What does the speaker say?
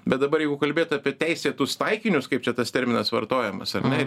bet dabar jeigu kalbėt apie teisėtus taikinius kaip čia tas terminas vartojamas ar ne